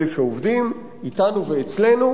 אלה שעובדים אתנו ואצלנו,